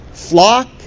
Flock